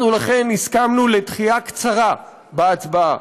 אנחנו, לכן, הסכמנו לדחייה קצרה בהצבעה,